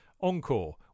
Encore